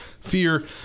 Fear